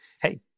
hey